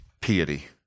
piety